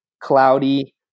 cloudy